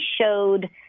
showed